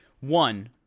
One